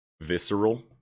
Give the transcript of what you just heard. visceral